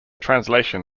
translation